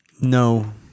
No